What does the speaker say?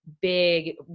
big